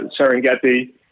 Serengeti